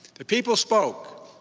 the people spoke.